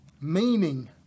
meaning